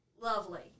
lovely